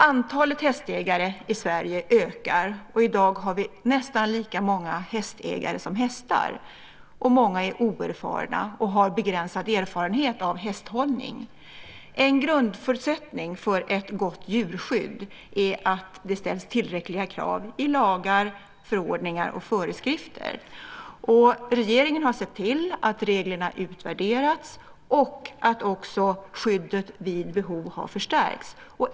Antalet hästägare i Sverige ökar, och i dag har vi nästan lika många hästägare som hästar. Många är oerfarna och har begränsad erfarenhet av hästhållning. En grundförutsättning för ett gott djurskydd är att det ställs tillräckliga krav i lagar, förordningar och föreskrifter. Regeringen har sett till att reglerna har utvärderats och att skyddet vid behov har förstärkts.